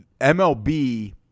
MLB